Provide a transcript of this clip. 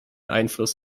einfluss